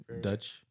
Dutch